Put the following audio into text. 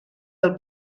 del